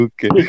Okay